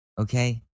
Okay